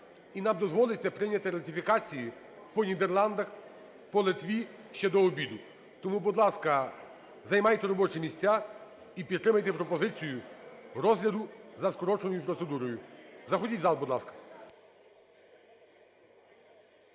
і нам дозволить це прийняти ратифікації по Нідерландах, по Литві ще до обіду. Тому, будь ласка, займайте робочі місця і підтримайте пропозицію розгляду за скороченою процедурою. Заходіть в зал, будь ласка.